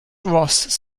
ross